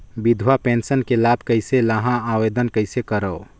विधवा पेंशन के लाभ कइसे लहां? आवेदन कइसे करव?